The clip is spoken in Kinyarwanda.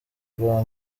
rwa